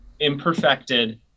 imperfected